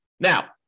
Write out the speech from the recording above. Now